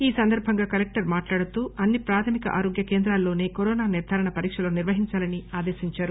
ఈ సందర్బంగా కలెక్షర్ మాట్లాడుతూ అన్ని ప్రాథమిక ఆరోగ్య కేంద్రాలలోనే కరోనా నిర్ధారణ పరీక్షలు నిర్వహించాలని ఆదేశించారు